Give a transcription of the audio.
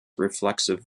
reflexive